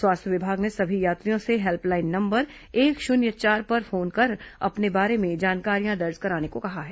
स्वास्थ्य विभाग ने सभी यात्रियों से हेल्पलाइन नंबर एक शुन्य चार पर फोन कर अपने बारे में जानकारियां दर्ज कराने को कहा है